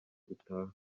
gutaha